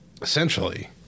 essentially